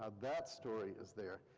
ah that story is there.